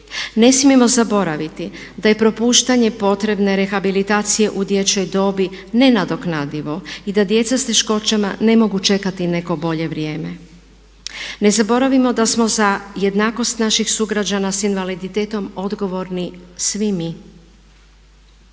Ne smijemo zaboraviti da je propuštanje potrebne rehabilitacije u dječjoj dobi nenadoknadivo i da djeca s teškoćama ne mogu čekati neko bolje vrijeme. Ne zaboravimo da smo za jednakost naših sugrađana s invaliditetom odgovorni svi mi.